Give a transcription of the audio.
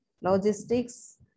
logistics